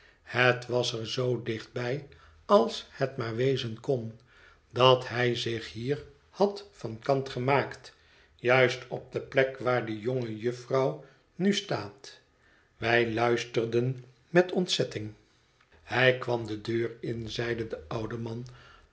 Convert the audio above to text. het was er zoo dicht bij als het maar wezen kon dat hij zich hier had van kant gemaakt juist op de plek waar de jonge jufvrouw nu staat wij luisterden met ontzetting hij kwam de deur in zeide de oude man